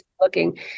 looking